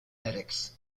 medics